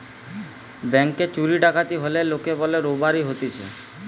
ব্যাংকে চুরি ডাকাতি হলে লোকে বলে রোবারি হতিছে